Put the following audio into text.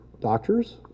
doctors